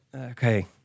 Okay